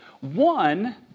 One